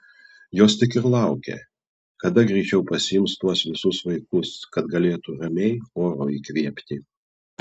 jos tik ir laukia kada greičiau pasiims tuos visus vaikus kad galėtų ramiai oro įkvėpti